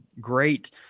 Great